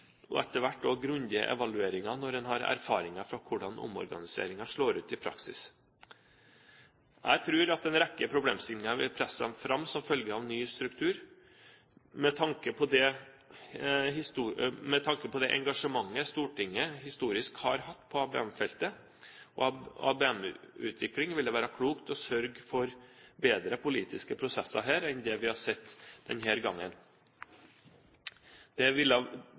og etter hvert også grundige evalueringer, når man har erfaringer fra hvordan omorganiseringen slår ut i praksis. Jeg tror en rekke problemstillinger vil presse seg fram som følge av ny struktur. Med tanke på det engasjementet Stortinget historisk har hatt på ABM-feltet og ABM-utvikling, ville det være klokt å sørge for bedre politiske prosesser her enn det vi har sett denne gangen. Det ville ha styrket ABM-feltet med en bred og god involvering av